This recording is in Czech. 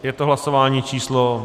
Je to hlasování číslo 203.